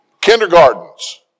Kindergartens